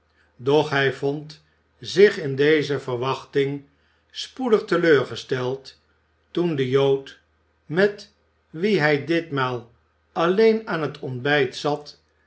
hij vond zlh in deze verwachting spoedig teleurgesteld toen de jood met wien hij ditmaal alleen aan het ontbijt zat